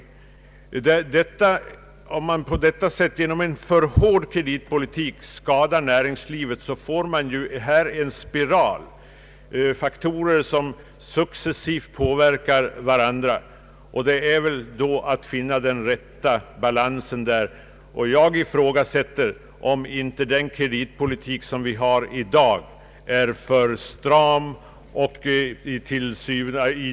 Det gäller att finna den rätta balansen. Jag vill påstå att den kreditpolitik som förs i dag är alltför hård.